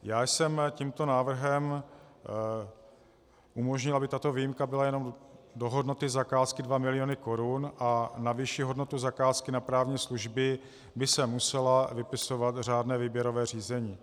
Já jsem tímto návrhem umožnil, aby tato výjimka byla jenom do hodnoty zakázky dva miliony korun a na vyšší hodnotu zakázky na právní služby by se muselo vypisovat řádné výběrové řízení.